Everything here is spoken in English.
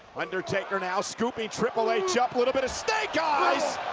undertaker now scooping triple h a little bit of snakeeyes.